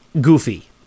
goofy